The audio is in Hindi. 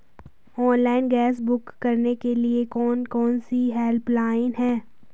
ऑनलाइन गैस बुक करने के लिए कौन कौनसी हेल्पलाइन हैं?